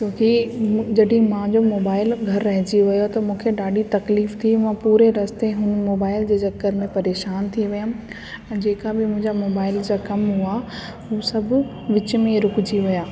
छोकि जॾहिं मुंहिंजो मोबाइल घर रहिजी वियो त मूंखे ॾाढी तकलीफ़ थी मां पूरे रस्ते हुन मोबाइल जे चक्कर में परेशानु थी वियमि जेका बि मुंहिंजा मोबाइल जा कम हुआ हूअ सभु विच में ई रुकजी विया